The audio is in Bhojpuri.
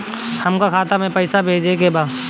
हमका खाता में पइसा भेजे के बा